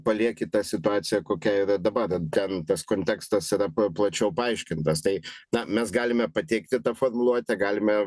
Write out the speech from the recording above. palieki tą situaciją kokia yra dabar ten tas kontekstas yra plačiau paaiškintas tai na mes galime pateikti tą formuluotę galime